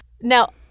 Now